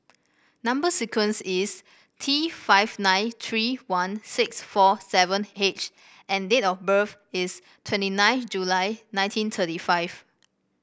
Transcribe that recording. number sequence is T five nine three one six four seven H and date of birth is twenty nine July nineteen thirty five